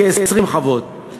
כ-20 חוות.